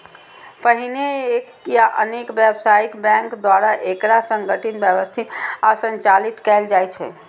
पहिने एक या अनेक व्यावसायिक बैंक द्वारा एकरा संगठित, व्यवस्थित आ संचालित कैल जाइ छै